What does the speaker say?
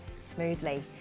smoothly